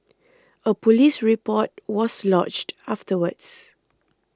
a police report was lodged afterwards